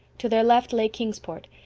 to their left lay kingsport,